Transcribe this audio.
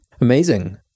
Amazing